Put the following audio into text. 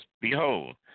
Behold